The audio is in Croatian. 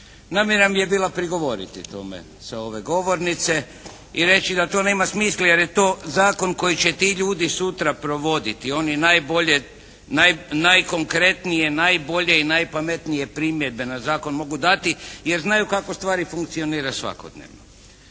Namjera nam je bila prigovoriti tome sa ove govornice i reći da to nema smisla jer je to zakon koji će ti ljudi sutra provoditi. Oni najbolje, najkonkretnije, najbolje i najpametnije primjedbe na zakon mogu dati jer znaju kako stvari funkcioniraju svakodnevno.